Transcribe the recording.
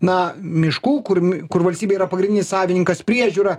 na miškų kur kur valstybė yra pagrindinis savininkas priežiūra